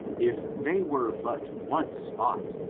if they were but once bought,